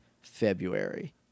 February